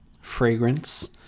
fragrance